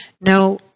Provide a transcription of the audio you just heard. Now